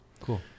Cool